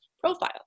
profile